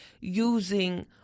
using